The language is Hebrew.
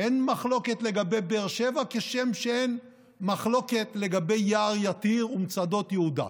אין מחלוקת לגבי באר שבע כשם שאין מחלוקת לגבי יער יתיר ומצדות יהודה.